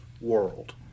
world